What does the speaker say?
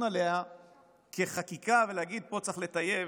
עליה כחקיקה ולהגיד עליה: פה צריך לטייב,